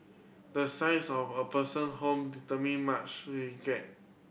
the size of a person home determine much we will get